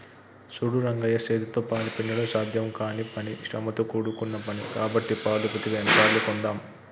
సూడు రంగయ్య సేతితో పాలు పిండడం సాధ్యం కానీ పని శ్రమతో కూడుకున్న పని కాబట్టి పాలు పితికే యంత్రాన్ని కొందామ్